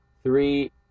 three